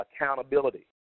accountability